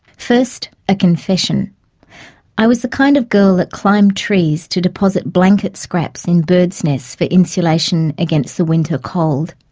first, a confession i was the kind of girl that climbed trees to deposit blanket scraps in bird's nests for insulation against the winter cold.